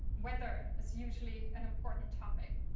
weather is usually an important topic.